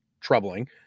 troubling